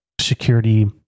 security